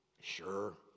sure